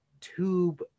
tube